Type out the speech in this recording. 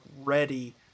ready